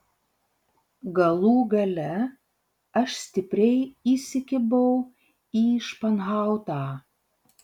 galų gale aš stipriai įsikibau į španhautą